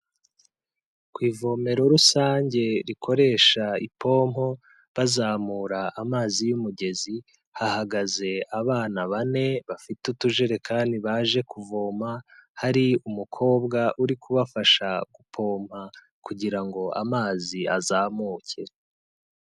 Ku ivomero rusange rikoresha ipombo bazamura amazi y'umugezi hahagaze abana bane bafite utujerekani baje kuvoma, hari umukobwa uri kubafasha gupompa kugira ngo amazi azamuke.